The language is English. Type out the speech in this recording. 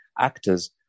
actors